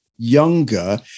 younger